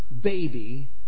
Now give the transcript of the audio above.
baby